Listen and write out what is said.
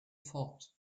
ford